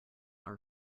are